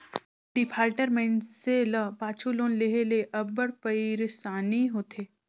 defaulter मइनसे ल पाछू लोन लेहे ले अब्बड़ पइरसानी होथे